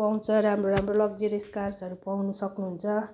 पाउँछ राम्रो राम्रो लक्जरिस कार्सहरू पाउन सक्नुहुन्छ